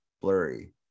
blurry